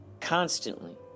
Constantly